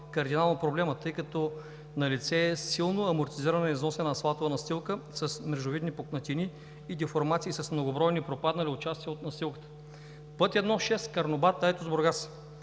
кардинално проблема, тъй като налице е силно амортизирана и износена асфалтова настилка с мрежовидни пукнатини и деформации с многобройни пропаднали участъци от настилката. Път I-6 Карнобат – Айтос – Бургас